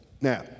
Now